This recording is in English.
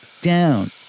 down